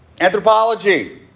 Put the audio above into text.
Anthropology